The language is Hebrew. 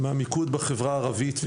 מהמיקוד בחברה הערבית.